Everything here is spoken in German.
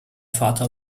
vater